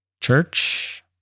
church